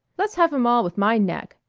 let's have em all with my neck,